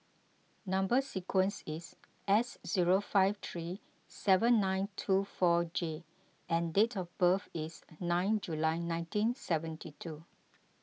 Number Sequence is S zero five three seven nine two four J and date of birth is nine July nineteen seventy two